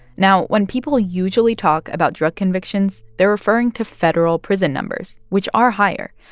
now when people usually talk about drug convictions, they're referring to federal prison numbers, which are higher,